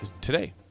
today